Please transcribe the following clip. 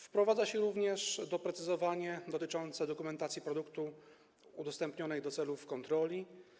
Wprowadza się również doprecyzowanie dotyczące dokumentacji produktu udostępnianej do celów kontroli.